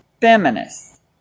feminist